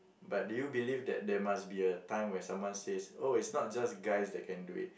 but do you believe that there must be a time where someone says oh it's not just guys that can do it